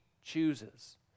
chooses